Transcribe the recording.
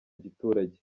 giturage